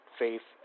faith